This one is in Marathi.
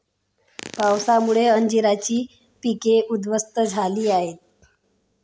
पावसामुळे अंजीराची पिके उध्वस्त झाली आहेत